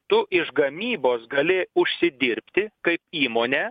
tu iš gamybos gali užsidirbti kaip įmonė